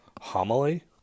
Homily